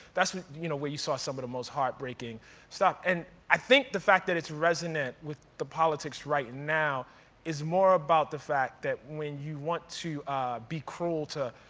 that's you know where you saw some of the most heartbreaking stuff. and i think the fact that it's resonant with the politics right now is more about the fact that when you want to be cruel to,